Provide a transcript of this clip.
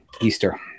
Easter